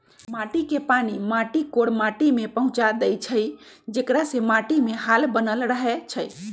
मेघ के पानी माटी कोर माटि में पहुँचा देइछइ जेकरा से माटीमे हाल बनल रहै छइ